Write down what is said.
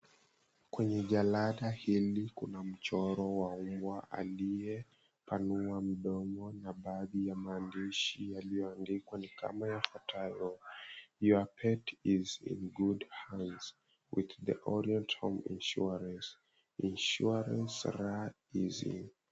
Kwenye jalada hili kuna mchoro wa mbwa aliyepanua mdomo na baadhi ya maandishi yaliyoandikwa ni kama yafuatayo, "Your pet is in good hands with The Orient Home Insurance, insurance Rah-Easy."